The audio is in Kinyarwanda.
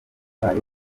yabaye